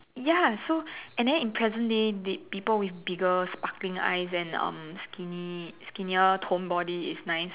ya so and then in present days they people with bigger sparkling eyes and um skinny skinnier toned body is nice